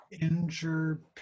injured